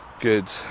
good